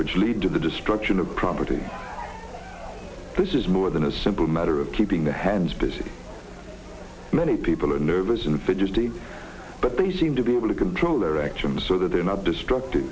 which lead to the destruction of property this is more than a simple matter of keeping the hands busy many people are nervous and fidgety but they seem to be able to control their actions so they're not destructive